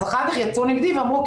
אז אחר כך יצאו נגדי ואמרו,